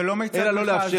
זה לא מיצג מחאה.